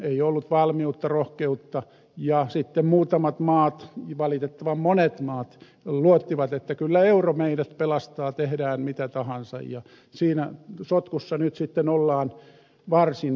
ei ollut valmiutta rohkeutta ja sitten muutamat maat valitettavan monet maat luottivat että kyllä euro meidät pelastaa tehdään mitä tahansa ja siinä sotkussa nyt sitten ollaan varsin syvällä